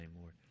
Lord